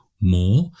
more